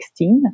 16